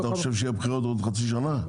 אתה חושב שיהיו בחירות בעוד חצי שנה?